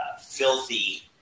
Filthy